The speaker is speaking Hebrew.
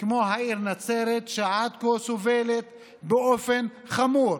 כמו העיר נצרת, שעד כה סובלת באופן חמור.